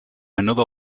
another